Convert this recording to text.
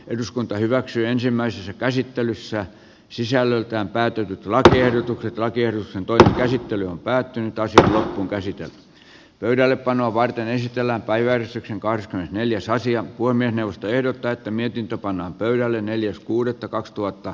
eduskunta hyväksyi ensimmäisessä käsittelyssä sisällöltään päätetyt lakiehdotukset lakers antoi käsittely on päättynyt ja asia on käsitelty pöydällepanoa varten esitellä kaiversikin kaartaa neliosaisia kuin mihin neuvosto ehdottaa että mietintä pannaan pöydälle neljäs kuudetta kaksituhatta